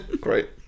Great